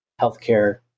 healthcare